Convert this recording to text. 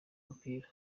umupira